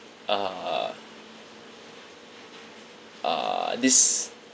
uh uh this